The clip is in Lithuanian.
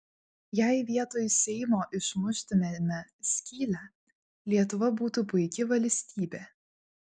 jei vietoj seimo išmuštumėme skylę lietuva būtų puiki valstybė